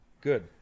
good